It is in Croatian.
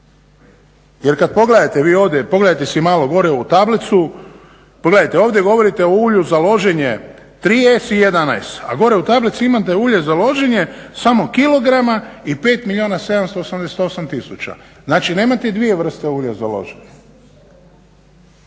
Jer kad pogledate vi ovdje, pogledajte si malo gore u tablicu, pogledajte ovdje govorite o ulju za loženje 3 S i 1 S, a gore u tablici imate ulje za loženje samo kg i 5 milijuna 788 tisuća. Znači nemate dvije vrsta ulja za loženje.